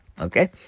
Okay